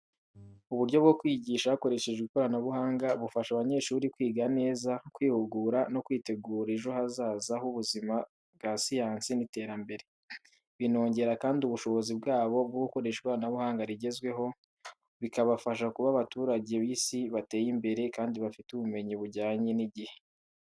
Uburyo bwo kwigisha hakoreshejwe ikoranabuhanga bufasha abanyeshuri kwiga neza, kwihugura, no kwitegura ejo hazaza h’ubuzima bwa siyansi n’iterambere. Binongera kandi ubushobozi bwabo bwo gukoresha ikoranabuhanga rigezweho, bikabafasha kuba abaturage b’isi bateye imbere kandi bafite ubumenyi bujyanye n’igihe.